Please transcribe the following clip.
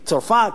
צרפת,